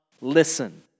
listen